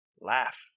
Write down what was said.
Laugh